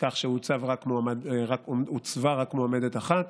בכך שהוצבה רק מועמדת אחת.